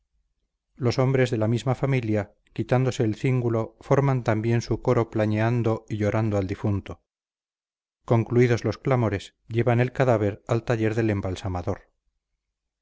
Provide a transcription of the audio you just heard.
los hombres de la misma familia quitándose el cíngulo forman también su coro plañendo y llorando al difunto concluidos los clamores llevan el cadáver al taller del embalsamador